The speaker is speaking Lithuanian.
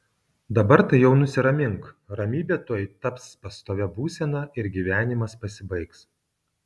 dabar tai jau nusiramink ramybė tuoj taps pastovia būsena ir gyvenimas pasibaigs